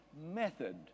method